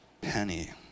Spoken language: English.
penny